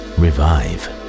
revive